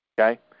okay